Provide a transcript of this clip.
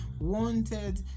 wanted